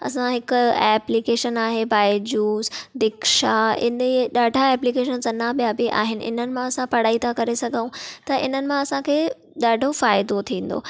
असां हिकु एप्लिकेशन आहे बाएजूस दिक्शा ईनीअ ॾाढा एप्लिकेशन अञां ॿिया बि आहिनि इननि मां असां पढ़ाई था करे सघूं त इननि मां असांखे ॾाढो फ़ाइदो थीन्दो